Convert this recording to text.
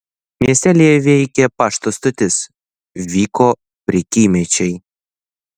miestelyje veikė pašto stotis vyko prekymečiai